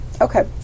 Okay